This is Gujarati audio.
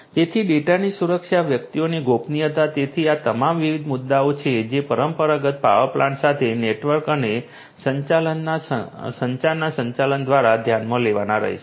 તેથી ડેટાની સુરક્ષા વ્યક્તિઓની ગોપનીયતા તેથી આ તમામ વિવિધ મુદ્દાઓ છે જે પરંપરાગત પાવર સપ્લાય સાથે નેટવર્ક અને સંચારના સંકલન દ્વારા ધ્યાનમાં લેવાના રહેશે